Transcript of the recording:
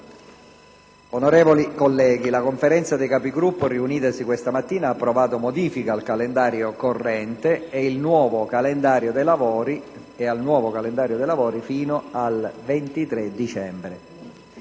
Onorevoli colleghi, la Conferenza dei Capigruppo riunitasi questa mattina ha approvato modifiche al calendario corrente e il nuovo calendario dei lavori fino al 23 dicembre.